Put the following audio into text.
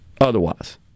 otherwise